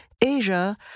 Asia